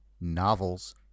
novels